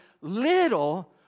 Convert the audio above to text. little